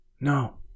No